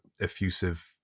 effusive